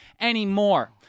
anymore